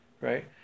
right